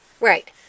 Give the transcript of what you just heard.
Right